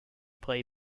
play